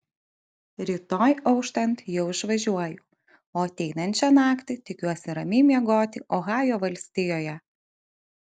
rytoj auštant jau išvažiuoju o ateinančią naktį tikiuosi ramiai miegoti ohajo valstijoje